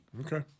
Okay